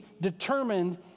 determined